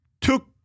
Took